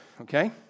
Okay